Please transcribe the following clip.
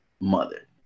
mother